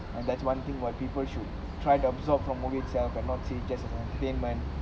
and that's one thing why people should try to absorbed from movie itself and not see it as just entertainment